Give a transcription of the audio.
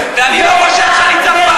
ואני לא חושב שאני צריך,